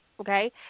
Okay